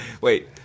Wait